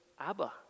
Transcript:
Abba